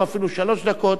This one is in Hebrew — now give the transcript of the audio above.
או אפילו שלוש דקות,